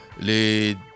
Les